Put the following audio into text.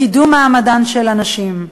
לקידום מעמדן של הנשים,